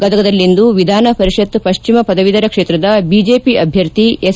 ಗದಗನಲ್ಲಿಂದು ವಿಧಾನ ಪರಿಷತ್ ಪಟ್ಟಮ ಪದವೀಧರ ಕ್ಷೇತ್ರದ ಬಿಜೆಪಿ ಅಭ್ವರ್ಥಿ ಎಸ್